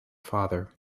father